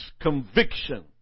conviction